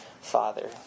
father